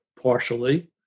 Partially